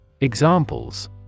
Examples